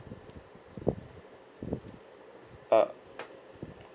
uh